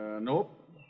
Nope